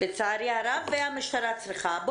והמשטרה צריכה.